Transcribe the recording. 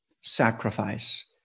sacrifice